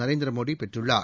நரேந்திர மோடி பெற்றுள்ளார்